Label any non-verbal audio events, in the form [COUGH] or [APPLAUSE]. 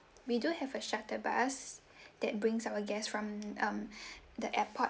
we do have a shuttle bus [BREATH] that brings our guest from um [BREATH] the airport